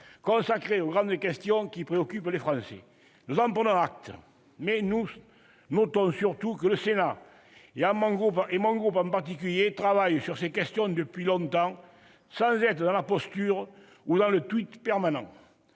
consacré aux grandes questions qui préoccupent les Français. Nous en prenons acte. Mais nous notons surtout que le Sénat, et mon groupe en particulier, travaille sur ces questions depuis longtemps sans être dans la posture ou le permanent.